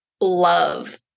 love